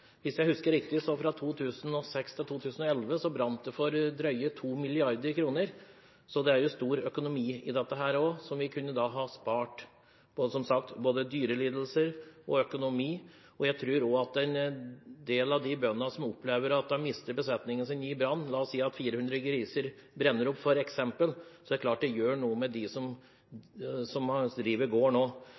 Hvis jeg husker riktig, brant det fra 2006 til 2011 for drøye 2 mrd. kr. Det er stor økonomi i dette også – så vi kunne spart både dyrelidelser og økonomi. Jeg tror at for en del av de bøndene som opplever å miste besetningen sin i brann – la oss si at f.eks. 400 griser brenner opp – er det klart at det gjør noe med dem som driver